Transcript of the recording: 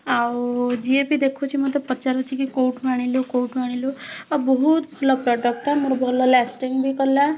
ଆଉ ଯିଏ ବି ଦେଖୁଛି ମୋତେ ପଚାରୁଛି କି କୋଉଠୁ ଆଣିଲୁ କୋଉଠୁ ଆଣିଲୁ ଆଉ ବହୁତ ଭଲ ପ୍ରଡ଼କ୍ଟଟା ଆଉ ଭଲ ମୋର ଲାଷ୍ଟିଙ୍ଗ୍ ବି କଲା